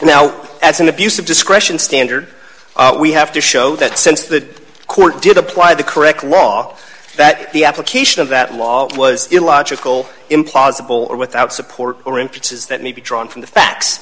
now as an abuse of discretion standard we have to show that since the court did apply the correct law that the application of that law was illogical implausible or without support or input says that may be drawn from the fact